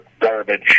garbage